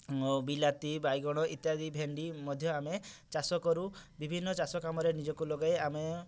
ବିଲାତି ବାଇଗଣ ଇତ୍ୟାଦି ଭେଣ୍ଡି ମଧ୍ୟ ଆମେ ଚାଷ କରୁ ବିଭିନ୍ନ ଚାଷ କାମରେ ନିଜକୁ ଲଗାଇ ଆମେ